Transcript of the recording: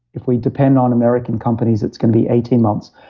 if we depend on american companies, it's going to be eighteen months.